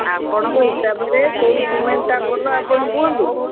ଆପଣଙ୍କ ହିସାବରେ କେଉଁ ସିମେଣ୍ଟଟା ଭଲ ଆପଣ କୁହନ୍ତୁ